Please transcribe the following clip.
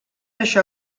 això